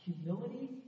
Humility